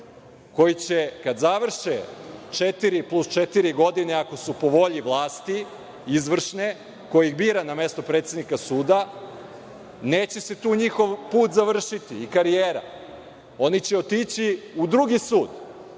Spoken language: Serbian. koji će kad završe četiri plus četiri godine, ako su po volji vlasti izvršne koja ih bira na mesto predsednika suda, neće se tu njihov put završiti i karijera. Oni će otići u drugi sud